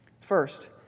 First